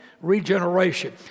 regeneration